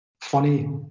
funny